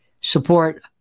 support